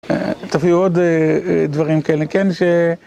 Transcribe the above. אה, תביאו עוד אה... אה, דברים כאלה, כן, ש...